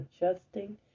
adjusting